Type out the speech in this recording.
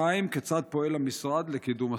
2. כיצד פועל המשרד לקידום הסוגיה?